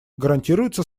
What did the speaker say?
гарантируется